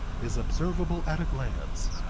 is observable at a glance.